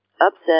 upset